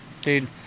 dude